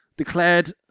Declared